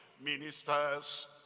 ministers